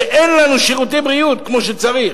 שאין לנו שירותי בריאות כמו שצריך.